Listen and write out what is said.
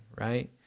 right